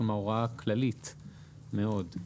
כלומר, הוראה כללית מאוד.